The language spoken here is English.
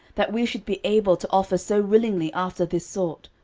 that we should be able to offer so willingly after this sort?